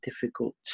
difficult